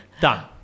Done